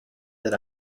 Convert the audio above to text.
that